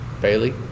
Bailey